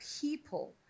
people